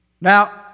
Now